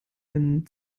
wenn